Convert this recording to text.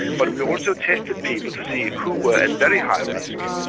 but we also tested people to see who were at very high risk,